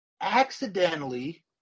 accidentally